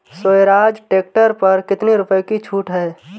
Swaraj tractor पर कितनी रुपये की छूट है?